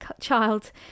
child